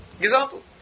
Example